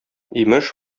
имеш